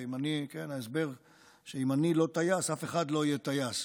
כי אם אני לא טייס אף אחד לא יהיה טייס,